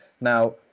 Now